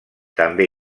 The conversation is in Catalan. també